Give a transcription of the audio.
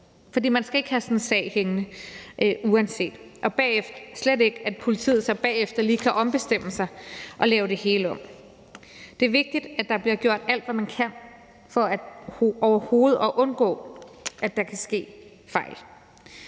For man skal ikke have sådan en sag hængende uanset hvad, og det skal slet ikke være sådan, at politiet så bagefter lige kan ombestemme sig og lave det hele om. Det er vigtigt, at der bliver gjort alt, hvad man overhovedet kan, for at undgå, at der kan ske fejl.